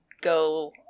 go